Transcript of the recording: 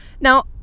Now